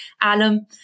alum